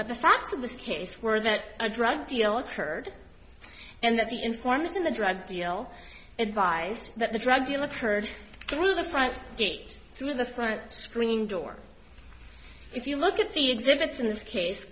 but the fact of the case were that a drug deal occurred and that the informant in the drug deal advised that the drug dealer heard through the front gate through the front screen door if you look at the exhibits in this case